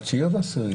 בתשיעי או בעשירי?